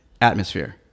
Atmosphere